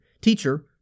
Teacher